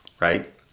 right